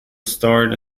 starred